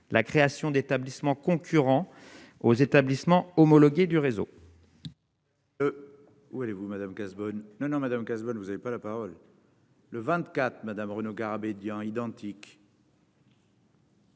la création d'établissements concurrents aux établissements homologués du réseau.